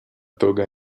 toga